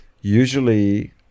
usually